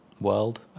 world